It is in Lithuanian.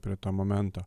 prie to momento